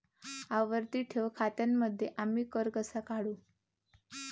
आवर्ती ठेव खात्यांमध्ये आम्ही कर कसा काढू?